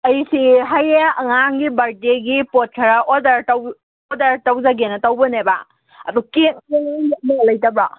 ꯑꯩꯁꯤ ꯍꯌꯦꯡ ꯑꯉꯥꯡꯒꯤ ꯕꯔꯊꯗꯦꯒꯤ ꯄꯣꯠ ꯈꯔ ꯑꯣꯔꯗꯔ ꯇꯧ ꯑꯣꯔꯗꯔ ꯇꯧꯖꯒꯦꯅ ꯇꯧꯕꯅꯦꯕ ꯑꯗꯣ ꯀꯦꯛꯇꯣ ꯂꯩꯇꯕ꯭ꯔꯣ